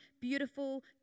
beautiful